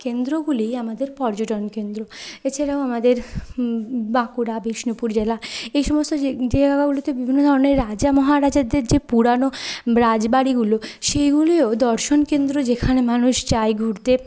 কেন্দ্রগুলি আমাদের পর্যটন কেন্দ্র এছাড়াও আমাদের বাঁকুড়া বিষ্ণুপুর জেলা এই সমস্ত যে যে জায়গাগুলিতে বিভিন্ন ধরনের রাজা মহারাজাদের যে পুরানো রাজবাড়িগুলো সেইগুলিও দর্শন কেন্দ্র যেখানে মানুষ যায় ঘুরতে